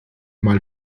mal